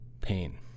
pain